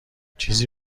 چیزی